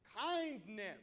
Kindness